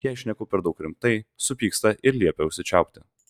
jei šneku per daug rimtai supyksta ir liepia užsičiaupti